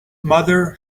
mother